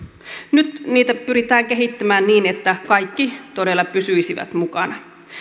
nyt niitä pyritään kehittämään niin että kaikki todella pysyisivät mukana